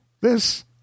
This